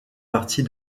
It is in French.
partie